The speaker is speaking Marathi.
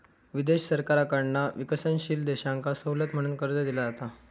विदेशी सरकारकडना विकसनशील देशांका सवलत म्हणून कर्ज दिला जाता